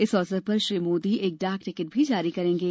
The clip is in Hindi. इस अवसर पर श्री मोदी एक डाक टिकट भी जारी करेंगे